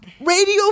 radio